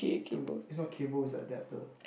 two it's not cable it's adapter